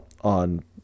on